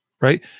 Right